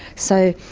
so,